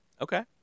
Okay